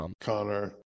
Connor